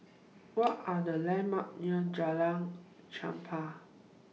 What Are The landmarks near Jalan Chempah